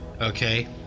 okay